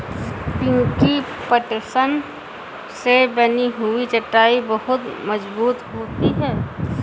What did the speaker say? पिंकी पटसन से बनी हुई चटाई बहुत मजबूत होती है